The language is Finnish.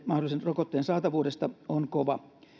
mahdollisen rokotteen saatavuudesta on kova